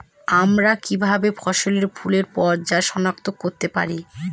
আমরা কিভাবে ফসলে ফুলের পর্যায় সনাক্ত করতে পারি?